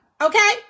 Okay